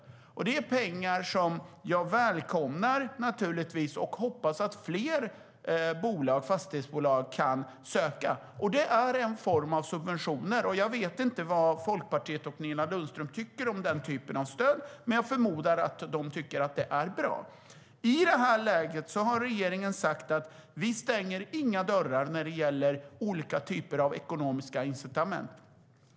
Det är pengar som jag naturligtvis välkomnar och hoppas att fler fastighetsbolag kan söka. Det är en form av subventioner. Jag vet inte vad Folkpartiet och Nina Lundström tycker om den typen av stöd, men jag förmodar att de tycker att det är bra.I det här läget har regeringen sagt att vi inte stänger några dörrar när det gäller olika typer av ekonomiska incitament.